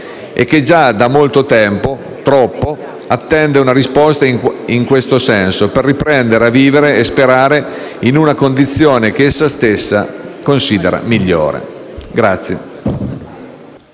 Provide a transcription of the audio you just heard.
e che già da molto tempo, troppo, attende una risposta in questo senso per riprendere a vivere e sperare in una condizione che essa stessa considera migliore.